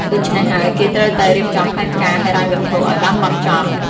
ដូច្នេះហើយគេត្រូវតែរៀបចំផែនការហិរញ្ញវត្ថុឲ្យបានម៉ត់ចត់។